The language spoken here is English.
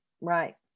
Right